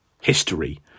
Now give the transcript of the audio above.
history